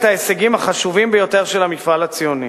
ההישגים החשובים ביותר של המפעל הציוני.